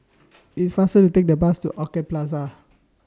IT IS faster to Take The Bus to Orchid Plaza